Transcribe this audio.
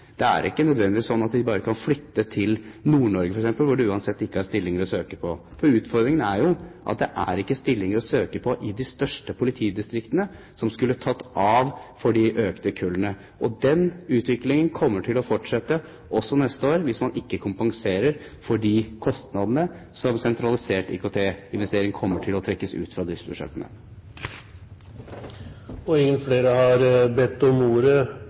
Det er ikke nødvendigvis slik at de bare kan flytte til Nord-Norge, f.eks., hvor det uansett ikke er stillinger å søke på. Utfordringen er at det ikke er stillinger å søke på i de største politidistriktene, som jo skulle tatt av for de økte kullene. Og den utviklingen kommer til å fortsette også neste år, hvis man ikke kompenserer for de kostnadene som en sentralisert IKT-investering kommer til å trekke ut av disse budsjettene. Flere har ikke bedt om ordet